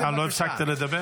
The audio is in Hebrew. כן, אבל אתה לא הפסקת לדבר.